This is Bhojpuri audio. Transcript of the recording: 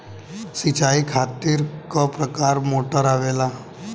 सिचाई खातीर क प्रकार मोटर आवेला?